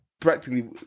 practically